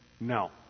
No